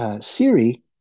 Siri